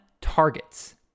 targets